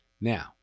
Now